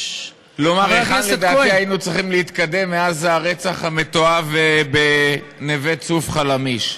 לומר כיצד לדעתי היינו צריכים להתקדם מאז הרצח המתועב בנווה צוף חלמיש.